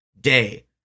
day